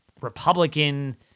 Republican